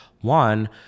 One